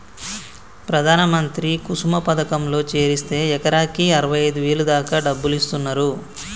ప్రధాన మంత్రి కుసుమ పథకంలో చేరిస్తే ఎకరాకి అరవైఐదు వేల దాకా డబ్బులిస్తున్నరు